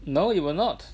no it will not